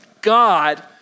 God